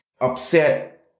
upset